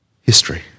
history